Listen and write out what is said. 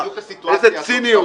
איזה ציניות.